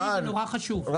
אדוני זה נורא חושב.